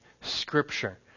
scripture